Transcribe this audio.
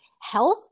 health